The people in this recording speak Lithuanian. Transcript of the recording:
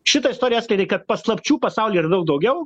šita istorija atskleidė kad paslapčių pasauly yra daug daugiau